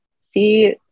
see